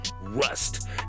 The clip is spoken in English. Rust